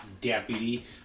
deputy